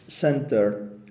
center